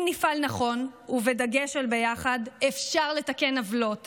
אם נפעל נכון, ובדגש על ביחד, אפשר לתקן עוולות